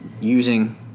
using